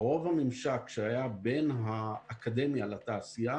רוב הממשק שהיה בין האקדמיה לתעשייה